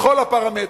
בכל הפרמטרים.